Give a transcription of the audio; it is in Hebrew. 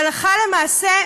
הלכה למעשה,